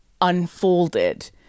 unfolded